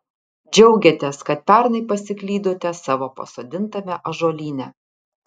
džiaugiatės kad pernai pasiklydote savo pasodintame ąžuolyne